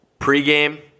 pregame